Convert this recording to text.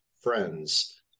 friends